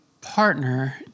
partner